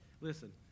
listen